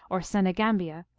or senegambia,